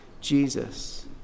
Jesus